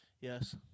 Yes